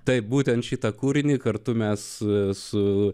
taip būtent šitą kūrinį kartu mes su